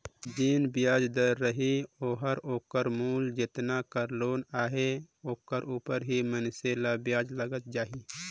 जेन बियाज दर रही ओहर ओकर मूल जेतना कर लोन अहे ओकर उपर ही मइनसे ल बियाज लगत जाही